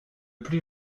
plus